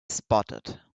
spotted